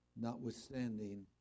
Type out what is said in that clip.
notwithstanding